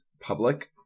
Public